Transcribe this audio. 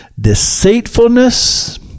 deceitfulness